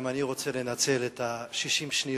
גם אני רוצה לנצל את 60 השניות